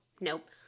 Nope